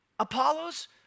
Apollos